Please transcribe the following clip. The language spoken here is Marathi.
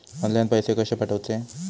ऑनलाइन पैसे कशे पाठवचे?